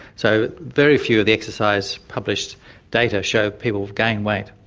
so very few of the exercise published data show people gain weight.